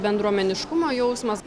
bendruomeniškumo jausmas